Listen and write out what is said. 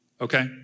okay